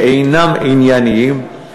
שאינם ענייניים,